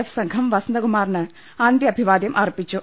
F സംഘം വസന്തകുമാറിന് അന്ത്യാഭിവാദ്യം അർപ്പിച്ചു